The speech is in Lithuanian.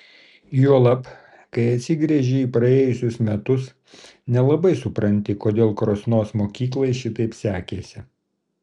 juolab kai atsigręži į praėjusius metus nelabai supranti kodėl krosnos mokyklai šitaip sekėsi